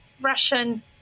Russian